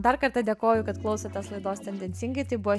dar kartą dėkoju kad klausotės laidos tendencingai tai buvo